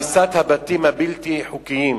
על הריסת הבתים הבלתי-חוקיים.